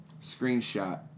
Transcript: screenshot